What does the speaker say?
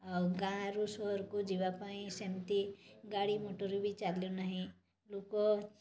ଆଉ ଗାଁ ରୁ ସହରକୁ ଯିବା ପାଇଁ ସେମିତି ଗାଡ଼ି ମଟର ବି ଚାଲୁନାହିଁ ଲୋକ